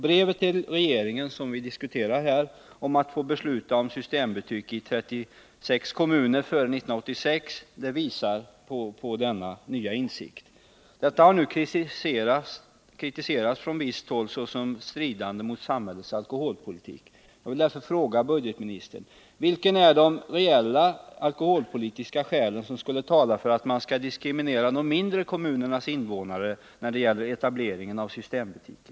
Brevet till regeringen, där Systembolaget kräver att få besluta om systembutiker i 36 kommuner före 1986, visar på denna nya insikt. Detta har nu kritiserats från visst håll såsom stridande mot samhällets alkoholpolitik. Jag vill därför ställa några frågor till budgetministern. För det första: Vilka är de reella alkoholpolitiska skäl som skulle tala för att man skall diskriminera de mindre kommunernas invånare när det gäller etableringen av systembutiker?